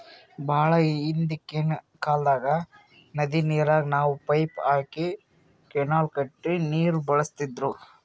ಭಾಳ್ ಹಿಂದ್ಕಿನ್ ಕಾಲ್ದಾಗ್ ನದಿ ನೀರಿಗ್ ನಾವ್ ಪೈಪ್ ಹಾಕಿ ಕೆನಾಲ್ ಕಟ್ಟಿ ನೀರ್ ಬಳಸ್ತಿದ್ರು